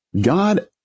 God